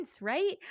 right